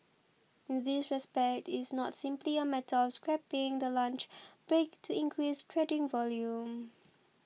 in this respect it's not simply a matter of scrapping the lunch break to increase trading volume